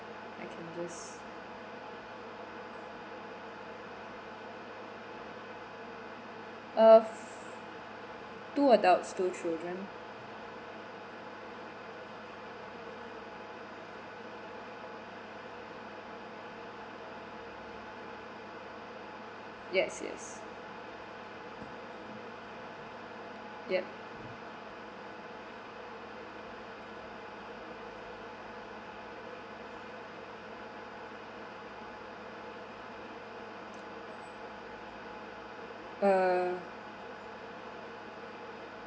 I can just uh two adults two children yes yes yup uh